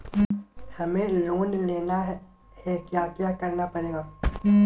हमें लोन लेना है क्या क्या करना पड़ेगा?